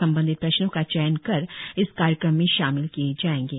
संबंधित प्रश्नों का चयन कर इस कार्यक्रम में शामिल किए जाएंगे